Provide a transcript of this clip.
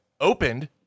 Opened